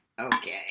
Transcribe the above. okay